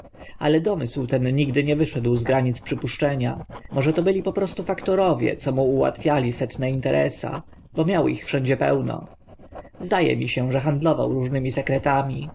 ale domysł ten nigdy nie wyszedł z granic przypuszczenia może to byli po prostu faktorowie co mu ułatwiali setne interesa bo miał ich wszędzie pełno zda e mi się że handlował różnymi sekretami